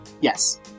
Yes